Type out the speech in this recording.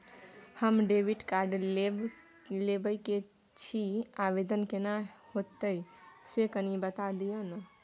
हम debit card लेब के छि, आवेदन केना होतै से कनी बता दिय न?